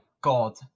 God